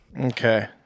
Okay